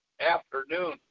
afternoon